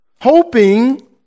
hoping